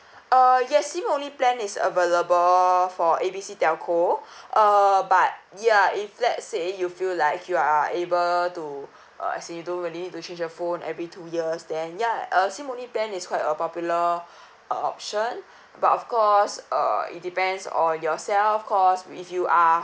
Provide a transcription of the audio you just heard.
uh yes SIM only plan is available for A B C telco uh but ya if let's say you feel like you are able to uh say you don't really need to change your phone every two years then ya a SIM only plan is quite a popular uh option but of course uh it depends on yourself cause if you are